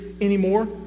anymore